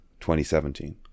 2017